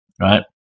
right